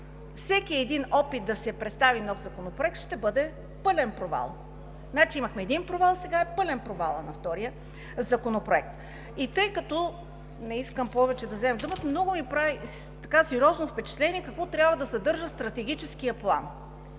всеки един опит да се представи нов законопроект ще бъде пълен провал. Имахме един провал, сега е пълен провалът на втория законопроект. Тъй като не искам повече да вземам думата, сериозно впечатление ми прави какво трябва да съдържа стратегическият план,